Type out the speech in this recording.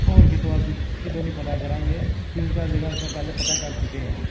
ਹੋਰ ਕਿਤੋਂ ਅਸੀਂ ਕਿਤੋਂ ਨਹੀਂ ਪਤਾ ਕਰਾਂਗੇ ਤਿੰਨ ਚਾਰ ਜਗ੍ਹਾ ਅਸਾਂ ਪਹਿਲਾਂ ਪਤਾ ਕਰ ਚੁੱਕੇ ਹਾਂ